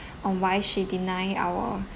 on why she deny our